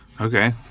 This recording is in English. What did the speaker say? okay